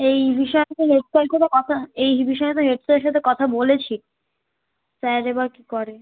এই বিষয় তো হেড স্যারের সতে কথা এই বিষয়ে তো হেড স্যারের সাথে কথা বলেছি স্যার এবার কী করে